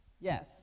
Yes